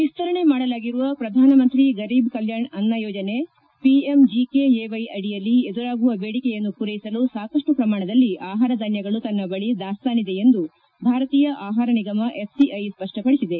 ವಿಸ್ತರಣೆ ಮಾಡಲಾಗಿರುವ ಪ್ರಧಾನ ಮಂತ್ರಿ ಗರೀಬ್ ಕಲ್ಚಾಣ್ ಅನ್ನ ಯೋಜನೆ ಪಿಎಂಜಿಕೆಎವೈ ಅಡಿಯಲ್ಲಿ ಎದುರಾಗುವ ಬೇಡಿಕೆಯನ್ನು ಪೂರೈಸಲು ಸಾಕಷ್ಟು ಪ್ರಮಾಣದಲ್ಲಿ ಆಹಾರಧಾನ್ವಗಳು ತನ್ನ ಬಳಿ ದಾಸ್ತಾನಿದೆ ಎಂದು ಭಾರತೀಯ ಆಹಾರ ನಿಗಮ ಎಫ್ಸಿಐ ಸ್ವಷ್ಷಪಡಿಸಿದೆ